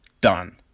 done